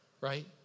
right